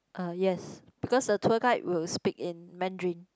uh yes because the tour guide will speak in Mandarin